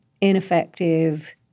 ineffective